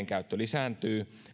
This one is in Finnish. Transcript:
käyttö lisääntyy